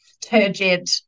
turgid